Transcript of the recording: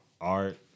art